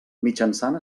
mitjançant